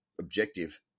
objective